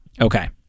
Okay